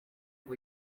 ngo